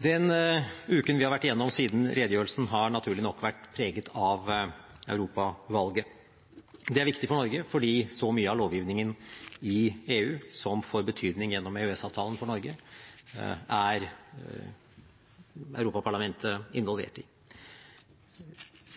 Den uken vi har vært igjennom siden redegjørelsen, har naturlig nok vært preget av europavalget. Det er viktig for Norge, fordi mye av lovgivningen i EU som får betydning for Norge gjennom EØS-avtalen, er Europaparlamentet involvert i.